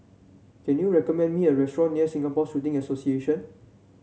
can you recommend me a restaurant near Singapore Shooting Association